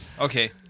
Okay